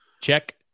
Check